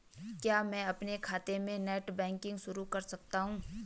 क्या मैं अपने खाते में नेट बैंकिंग शुरू कर सकता हूँ?